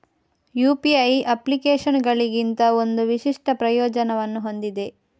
UPI ಅಪ್ಲಿಕೇಶನುಗಳಿಗಿಂತ ಒಂದು ವಿಶಿಷ್ಟ ಪ್ರಯೋಜನವನ್ನು ಹೊಂದಿದೆ